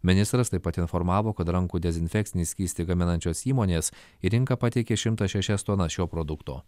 ministras taip pat informavo kad rankų dezinfekcinį skystį gaminančios įmonės į rinką pateikė šimtą šešias tonas šio produkto